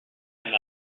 him